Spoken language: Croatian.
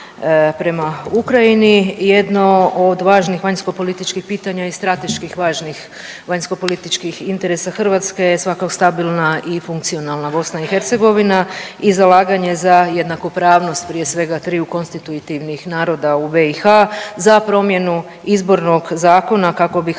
prema Ukrajini jedno od važnih vanjskopolitičkih pitanja i strateških važnih vanjskopolitičkih interesa Hrvatska je svakako stabilna i funkcionalna BiH i zalaganje za jednakopravnost prije svega triju konstitutivnih naroda u BiH za promjenu izbornog zakona kako bi